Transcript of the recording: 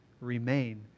remain